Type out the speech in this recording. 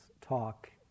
talk